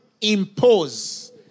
impose